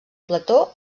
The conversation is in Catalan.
plató